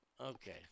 Okay